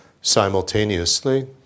simultaneously